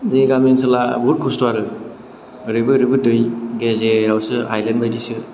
दैलाम ओनसोला बहुद खस्थ' आरो ओरैबो ओरैबो दै गेजेरावसो आइलेन बायदिसो